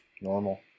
Normal